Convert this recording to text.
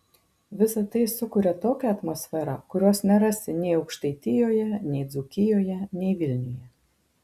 visa tai sukuria tokią atmosferą kurios nerasi nei aukštaitijoje nei dzūkijoje nei vilniuje